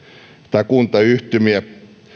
tai kuntayhtymiä